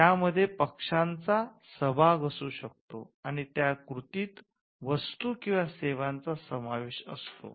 ज्यामध्ये पक्षांचा सहभाग असू शकतो आणि त्या कृतीत वस्तू आणि सेवांचा समावेश असतो